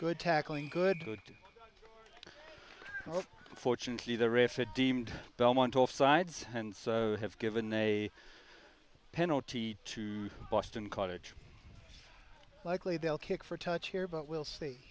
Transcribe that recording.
good tackling good fortunately there if it deemed belmont offsides and so have given a penalty to boston college likely they'll kick for touch here but will s